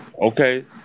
okay